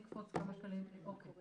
אוקיי.